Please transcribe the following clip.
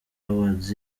awards